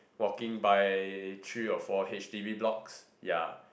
walking by three or four H_D_B blocks ya